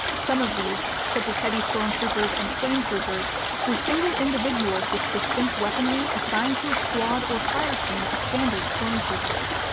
some of these, such as heavy stormtroopers and flametroopers, were single individuals with distinct weaponry assigned to a squad or fireteam of standard stormtroopers.